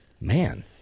Man